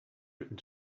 written